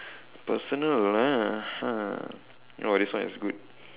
personal ah !huh! oh this one is good